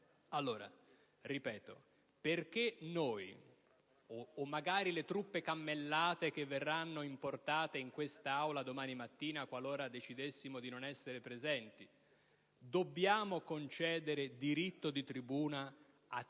Lo ripeto: perché noi, o magari le «truppe cammellate» che verranno importate in quest'Aula domani mattina qualora decidessimo di non essere presenti, dobbiamo concedere il diritto di tribuna a